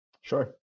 Sure